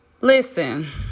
Listen